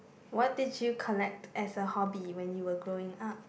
what did you collect as a hobby when you were growing up